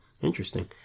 Interesting